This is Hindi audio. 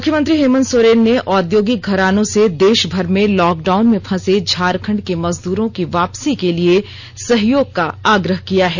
मुख्यमंत्री हेमंत सोरेन ने औद्योगिक घरानों से देशभर में लॉकडाउन में फंसे झारखंड के मजदूरों की वापसी के लिए सहयोग का आग्रह किया है